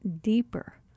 deeper